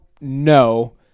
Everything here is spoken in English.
no